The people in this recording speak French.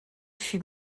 fut